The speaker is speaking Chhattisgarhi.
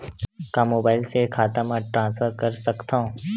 का मोबाइल से खाता म ट्रान्सफर कर सकथव?